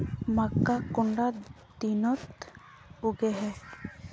मक्का कुंडा दिनोत उगैहे?